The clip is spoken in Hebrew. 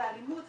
את האלימות,